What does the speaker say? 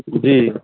जी